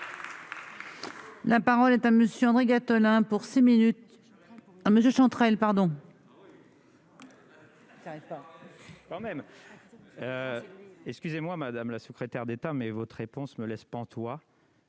La parole est à Monsieur André Gattolin pour 6 minutes à monsieur Chantrel pardon. ça arrive pas. Quand même, excusez-moi, madame la secrétaire d'État, mais votre réponse me laisse pantois.